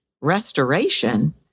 restoration